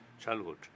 childhood